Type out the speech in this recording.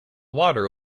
water